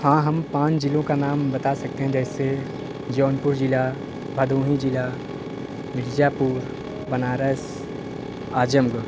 हाँ हम पाँच ज़िलों का नाम बता सकते हैं जैसे जौनपुर ज़िला भदोही ज़िला मिर्ज़ापुर बनारस आज़मगढ़